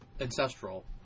Ancestral